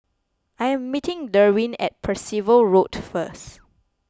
I am meeting Derwin at Percival Road first